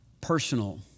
personal